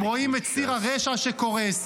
הם רואים את ציר הרשע שקורס,